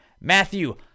Matthew